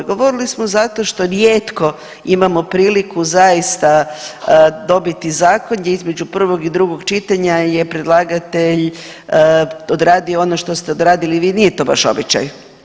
Govorili smo zato što rijetko imamo priliku zaista dobiti zakon gdje između prvog i drugog čitanja je predlagatelj odradio ono što ste odradili vi, nije to baš običaj.